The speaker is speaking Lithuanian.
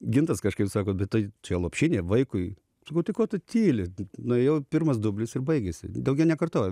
gintas kažkaip sako bet tai čia lopšinė vaikui nu tai ko tu tyli nuėjau pirmas dublis ir baigėsi daugiau nekartojau